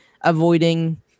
avoiding